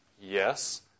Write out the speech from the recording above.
Yes